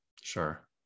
Sure